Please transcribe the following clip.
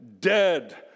dead